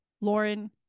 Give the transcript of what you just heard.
Lauren